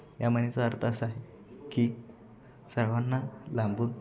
या म्हणीचा अर्थ असा आहे की सर्वांना लांबून